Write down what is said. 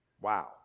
wow